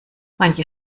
manche